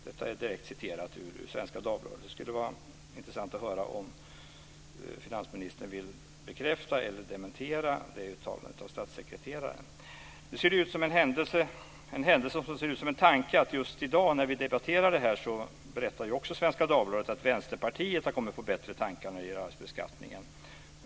Detta är direkt taget ur Svenska Dagbladet. Det skulle vara intressant att höra om finansministern vill bekräfta eller dementera det uttalandet av statssekreteraren. Det är en händelse som ser ut som en tanke att Svenska Dagbladet just i dag när vi debatterar det här också berättar att Vänsterpartiet har kommit på bättre tankar när det gäller arvsbeskattningen.